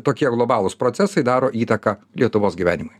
tokie globalūs procesai daro įtaką lietuvos gyvenimui